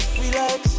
relax